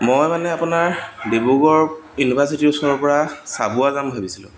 মই মানে আপোনাৰ ডিব্ৰুগড় ইউনিভাৰ্চিটি ওচৰৰ পৰা চাবুৱা যাম ভাবিছিলোঁ